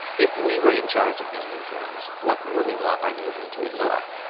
if we were in charge of these newsrooms, what would we want our newsroom to ignore?